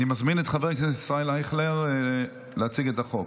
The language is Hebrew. אני מזמין את חבר הכנסת ישראל אייכלר להציג את החוק.